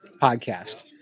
Podcast